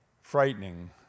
Frightening